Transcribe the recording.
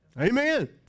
Amen